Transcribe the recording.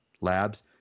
labs